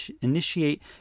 initiate